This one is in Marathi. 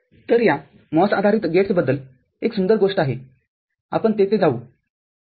तरया MOS आधारित गेट्स बद्दल एक सुंदर गोष्ट आहे आपण तेथे जाऊ ठीक आहे